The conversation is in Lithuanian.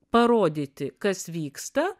parodyti kas vyksta